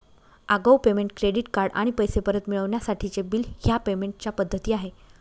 आगाऊ payment, credit card आणि पैसे परत मिळवण्यासाठीचे बिल ह्या पेमेंट च्या पद्धती आहे